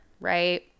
right